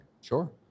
Sure